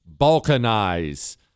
balkanize